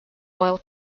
oil